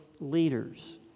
leaders